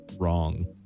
wrong